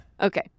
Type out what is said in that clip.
Okay